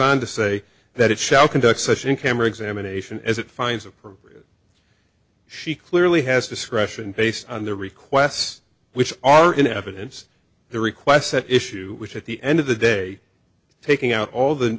on to say that it shall conduct such in camera examination as it finds of her she clearly has discretion based on the requests which are in evidence the requests at issue which at the end of the day taking out all the